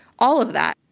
all of that,